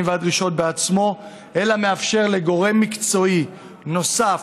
והדרישות בעצמו אלא מאפשר לגורם מקצועי נוסף,